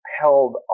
held